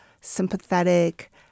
sympathetic